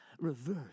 Reverse